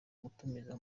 gutumiza